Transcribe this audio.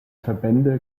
verbände